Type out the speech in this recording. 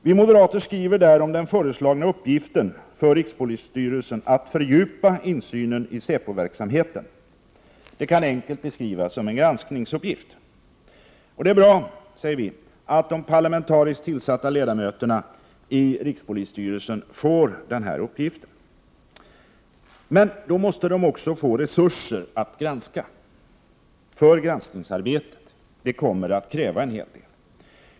Vi moderater skriver där om den föreslagna uppgiften för rikspolisstyrelsen att fördjupa insynen i säpoverksamheten. Den kan enkelt beskrivas som en granskningsuppgift. Det är bra, säger vi, att de parlamentariskt tillsatta ledamöterna i rikspolisstyrelsen får denna uppgift. Men då måste de också få resurser för granskningsarbetet — det kommer att kräva en hel del.